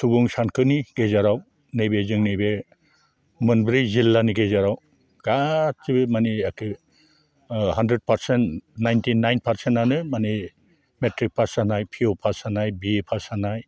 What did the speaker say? सुबुं सानखोनि गेजेराव नैबे जोंनि बे मोनब्रै जिल्लानि गेजेराव गासिबो मानि एखे hundred percent ninety nine percent आनो माने मेट्रिक पास जानाय पि इउ पास जानाय बि ए पास जानाय